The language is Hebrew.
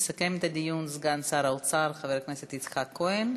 יסכם את הדיון סגן שר האוצר חבר הכנסת יצחק כהן,